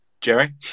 Jerry